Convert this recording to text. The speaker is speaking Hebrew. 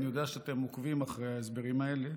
אני יודע שאתם עוקבים אחרי ההסברים האלה,